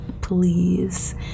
please